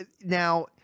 Now